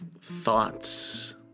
thoughts